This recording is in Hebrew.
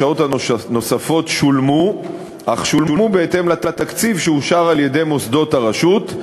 השעות הנוספות שולמו אך שולמו בהתאם לתקציב שאושר על-ידי מוסדות הרשות.